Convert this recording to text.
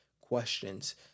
questions